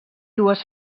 dues